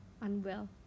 unwell